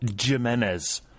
Jimenez